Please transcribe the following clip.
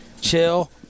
chill